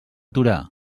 torà